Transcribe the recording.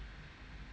mm